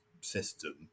system